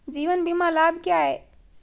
जीवन बीमा लाभ क्या हैं?